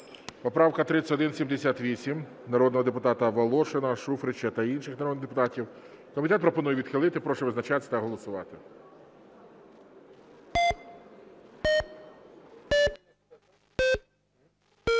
Поправка 3178 народного депутата Волошина, Шуфрича та інших народних депутатів. Комітет пропонує відхилити. Прошу визначатись та голосувати.